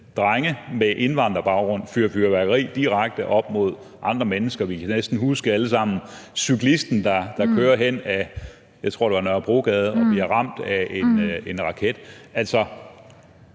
drenge med indvandrerbaggrund fyrede fyrværkeri af direkte op mod andre mennesker. Vi kan næsten alle sammen huske cyklisten, der kører hen ad, jeg tror, det var Nørrebrogade, og bliver ramt af en raket. Altså,